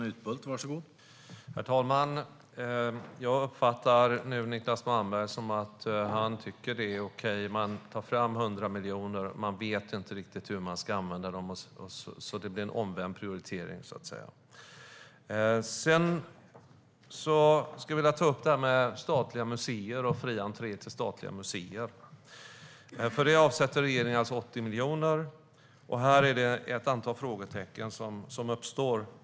Herr talman! Jag uppfattar det som att Niclas Malmberg tycker att det är okej att man tar fram 100 miljoner och inte riktigt vet hur man ska använda dem. Det blir en omvänd prioritering, så att säga. Jag skulle vilja ta upp det här med statliga museer och fri entré till dem. För det avsätter regeringen 80 miljoner, och här uppstår det ett antal frågetecken.